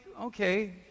okay